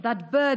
לפיכך,